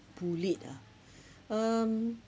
bullied ah um